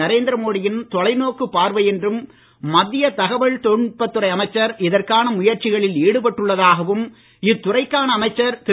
நரேந்திரமோடியின் தொலைநோக்குப் பார்வை என்றும் இந்திய தகவல் தொழில்நுட்பத் துறை இதற்கான முயற்சிகளில் ஈடுபட்டுள்ளதாகவும் இத்துறைக்கான அமைச்சர் திரு